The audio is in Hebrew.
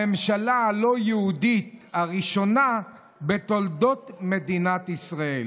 הממשלה הלא-יהודית הראשונה בתולדות מדינת ישראל.